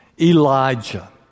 Elijah